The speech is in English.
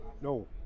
No